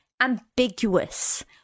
ambiguous